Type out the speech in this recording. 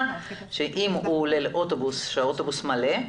כי אם הוא עולה לאוטובוס והאוטובוס מלא,